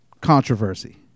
Controversy